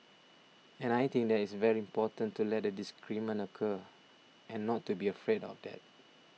and I think that it's very important to let a disagreement occur and not to be afraid of that